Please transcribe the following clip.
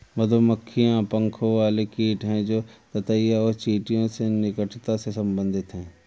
मधुमक्खियां पंखों वाले कीड़े हैं जो ततैया और चींटियों से निकटता से संबंधित हैं